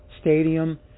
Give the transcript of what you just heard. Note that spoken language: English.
Stadium